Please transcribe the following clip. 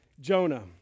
Jonah